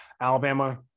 Alabama